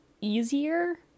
easier